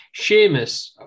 Seamus